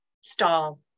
stall